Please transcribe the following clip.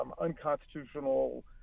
unconstitutional